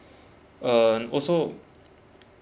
and also